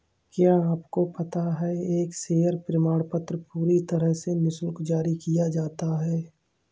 क्या आपको पता है एक शेयर प्रमाणपत्र पूरी तरह से निशुल्क जारी किया जाता है?